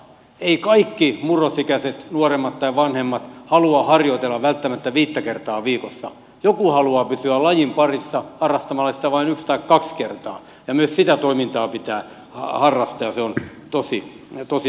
eivät kaikki murrosikäiset nuoremmat tai vanhemmat halua harjoitella välttämättä viittä kertaa viikossa joku haluaa pysyä lajin parissa harrastamalla sitä vain yksi tai kaksi kertaa viikossa ja myös sitä toimintaa pitää arvostaa ja se on tosi tärkeää